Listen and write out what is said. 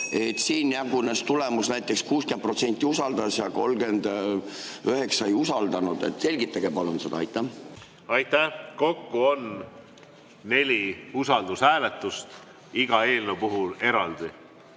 siin jagunes tulemus näiteks nii, et 60% usaldas ja 39% ei usaldanud. Selgitage palun seda. Aitäh! Kokku on neli usaldushääletust, iga eelnõu puhul eraldi.